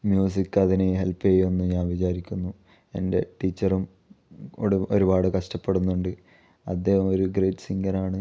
music അതിന് help ചെയ്യുമെന്ന് ഞാൻ വിചാരിക്കുന്നു എൻ്റെ ടീച്ചറും ഒടു ഒരുപാട് കഷ്ടപ്പെടുന്നുണ്ട് അദ്ദേഹം ഒരു ഗ്രേറ്റ് സിങ്ങർ ആണ്